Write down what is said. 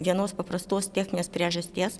vienos paprastos techninės priežasties